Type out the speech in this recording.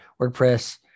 WordPress